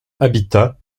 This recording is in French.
habitats